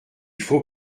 faut